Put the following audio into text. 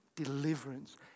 Deliverance